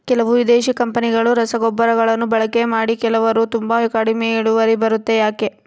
ಕೆಲವು ವಿದೇಶಿ ಕಂಪನಿಗಳ ರಸಗೊಬ್ಬರಗಳನ್ನು ಬಳಕೆ ಮಾಡಿ ಕೆಲವರು ತುಂಬಾ ಕಡಿಮೆ ಇಳುವರಿ ಬರುತ್ತೆ ಯಾಕೆ?